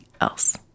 else